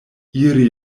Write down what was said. iri